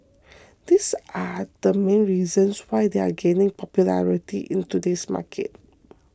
these are the main reasons why they are gaining popularity in today's market